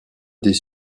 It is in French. des